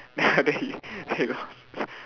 then after that he he lost